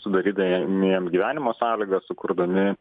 sudarydami jiems gyvenimo sąlygas sukurdami